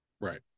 Right